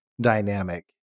dynamic